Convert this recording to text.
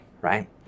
right